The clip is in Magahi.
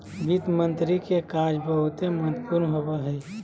वित्त मंत्री के कार्य बहुते महत्वपूर्ण होवो हय